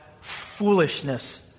foolishness